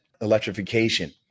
electrification